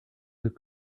could